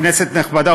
כנסת נכבדה,